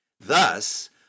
Thus